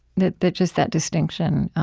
that that just that distinction